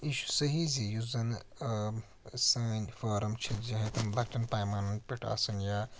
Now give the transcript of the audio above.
یہِ چھُ صیح زِ یُس زَن سٲنۍ فارم چھِ چاہیے تِم لَکٹٮ۪ن پیمانَن پٮ۪ٹھ آسن یا